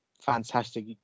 fantastic